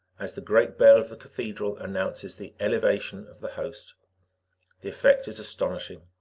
as the great bell of the cathedral announces the elevation of the host. the effect is astonishing.